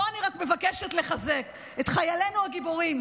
פה אני רק מבקשת לחזק את חיילינו הגיבורים,